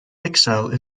exile